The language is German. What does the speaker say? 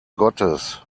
gottes